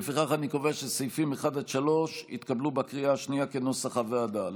לפיכך אני קובע שסעיפים 1 3 התקבלו בקריאה השנייה כנוסח הוועדה.